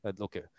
Okay